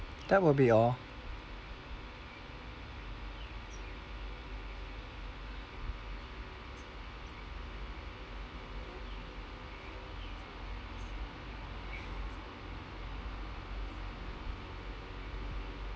that will be all